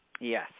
Yes